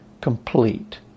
complete